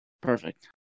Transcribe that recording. Perfect